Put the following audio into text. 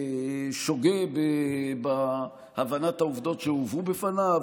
שוגה בהבנת העובדות שהובאו בפניו,